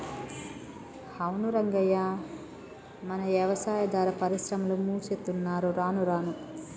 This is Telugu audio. అవును రంగయ్య మన యవసాయాదార పరిశ్రమలు మూసేత్తున్నరు రానురాను